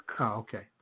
okay